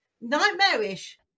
nightmarish